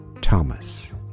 Thomas